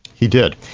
he did.